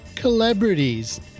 Celebrities